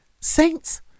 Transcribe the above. Saints